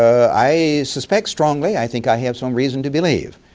i suspect strongly, i think i have some reason to believe,